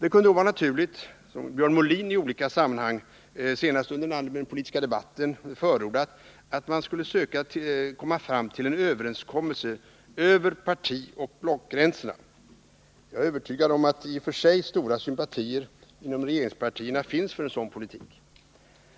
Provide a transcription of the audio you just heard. Det kunde då vara naturligt att förorda, som Björn Molin har gjort i olika sammanhang, senast under allmänpolitiska debatten, att man skulle söka komma fram till en överenskommelse över partioch blockgränserna. Jag är övertygad om att i och för sig stora sympatier finns inom regeringspartierna för en sådan politik.